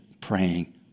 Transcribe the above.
praying